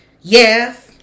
Yes